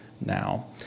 now